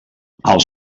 els